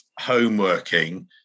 homeworking